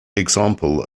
example